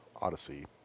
Odyssey